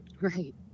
Right